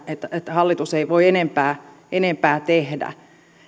että että hallitus ei voi enempää enempää tehdä